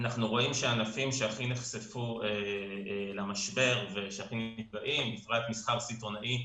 אנחנו רואים שהענפים שהכי נחשפו למשבר היו מסחר סיטונאי,